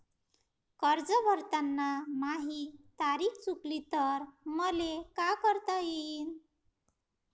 कर्ज भरताना माही तारीख चुकली तर मले का करता येईन?